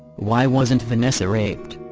why wasn't vanessa raped?